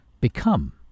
become